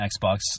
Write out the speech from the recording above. Xbox